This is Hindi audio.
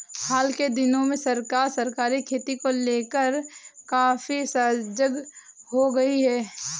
हाल के दिनों में सरकार सहकारी खेती को लेकर काफी सजग हो गई है